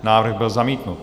Návrh byl zamítnut.